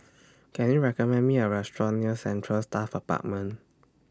Can YOU recommend Me A Restaurant near Central Staff Apartment